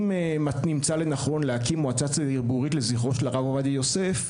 אם נמצא לנכון להקים מועצה ציבורית לזכרו של הרב עובדיה יוסף,